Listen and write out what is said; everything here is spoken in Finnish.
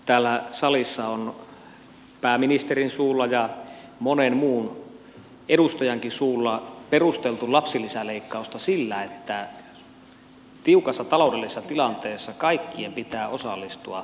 täällä salissa on pääministerin suulla ja monen muunkin edustajan suulla perusteltu lapsilisäleikkausta sillä että tiukassa taloudellisessa tilanteessa kaikkien pitää osallistua säästötalkoisiin